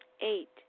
eight